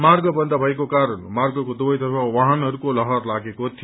मार्ग बन्द भएको कारण मार्गको दुवैतर्फ वाहनहरूको लहर लागेको थियो